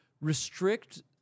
restrict